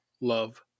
love